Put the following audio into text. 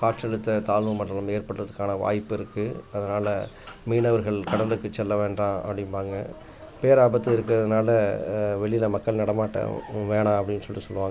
காற்றழுத்த தாழ்வு மண்டலம் ஏற்படுறதுக்கான வாய்ப்பு இருக்குது அதனால் மீனவர்கள் கடலுக்கு செல்ல வேண்டாம் அப்படின்பாங்க பேராபத்து இருக்கிறனால வெளியில் மக்கள் நடமாட்டம் வேணாம் அப்படின் சொல்லிட்டு சொல்லுவாங்க